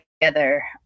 together